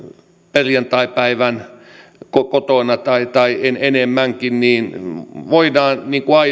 perjantaipäivän tai enemmänkin kotona niin voidaan